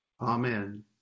amen